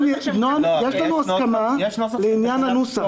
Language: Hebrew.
נועם, יש לנו הסכמה לעניין הנוסח.